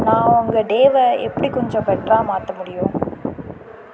நான் உங்கள் டேயை எப்படி கொஞ்சம் பெட்டராக மாற்ற முடியும்